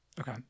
Okay